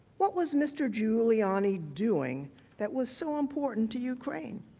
what was mr. giuliani doing that was so important to ukraine?